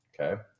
Okay